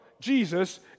Jesus